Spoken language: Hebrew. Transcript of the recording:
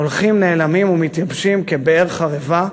הולכים, נעלמים ומתייבשים כבאר חרבה,